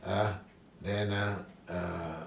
ya then ah err